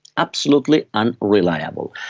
absolutely unreliable.